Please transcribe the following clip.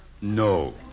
No